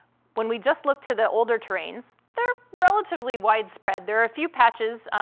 when we just look to the older terrains, they're relatively widespread. there are a few patches on,